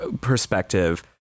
perspective